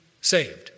saved